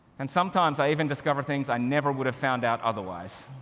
and sometimes i even discover things i never would have found out otherwise.